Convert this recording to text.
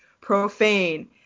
profane